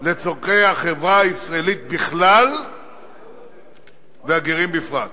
לצורכי החברה הישראלית בכלל והגרים בפרט.